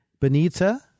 Benita